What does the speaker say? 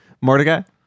Mordecai